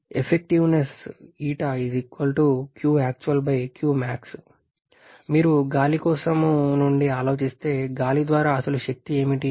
వ్యక్తీకరణ క్రింది విధంగా ఉంది మీరు గాలి కోణం నుండి ఆలోచిస్తే గాలి ద్వారా అసలు శక్తి ఏమిటి